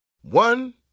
One